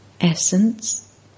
Essence